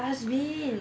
dustbin